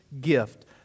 gift